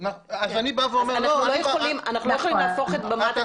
משפט, ולכן אנחנו לא יכולים לדון בזה.